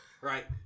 Right